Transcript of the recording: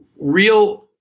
Real